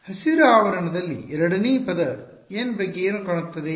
ಹಸಿರು ಆವರಣದಲ್ಲಿ ಎರಡನೇ ಪದ N ಬಗ್ಗೆ ಏನು ಕಾಣುತ್ತದೆ